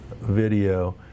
video